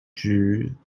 jew